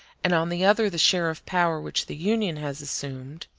and on the other the share of power which the union has assumed,